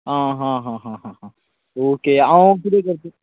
आ हा हा हा हा ओके हांव किदें करतां